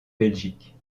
belgique